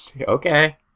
Okay